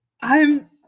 I'm-